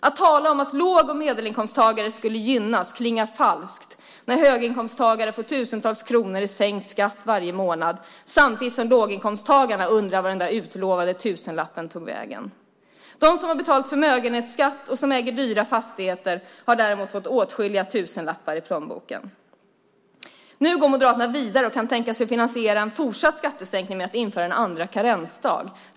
Att tala om att låg och medelinkomsttagare skulle gynnas klingar falskt när höginkomsttagare får tusentals kronor i sänkt skatt varje månad samtidigt som låginkomsttagarna undrar vart den där utlovade tusenlappen tog vägen. De som har betalat förmögenhetsskatt och som äger dyra fastigheter har däremot fått åtskilliga tusenlappar i plånboken. Nu går Moderaterna vidare och kan tänka sig att finansiera en fortsatt skattesänkning med att införa en andra karensdag.